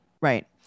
right